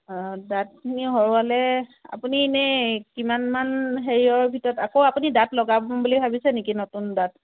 দাঁতখিনি সৰোৱালে আপুনি এনেই কিমান মান হেৰিঅৰ ভিতৰত আকৌ আপুনি দাঁত লগাম বুলি ভাবিছে নেকি নতুন দাঁত